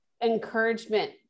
encouragement